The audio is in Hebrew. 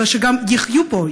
אלא גם יחיו פה,